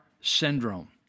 syndrome